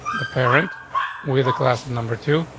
the parent with the class of number two.